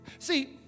See